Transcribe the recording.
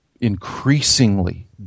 increasingly